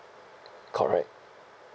correct